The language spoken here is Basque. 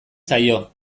zaio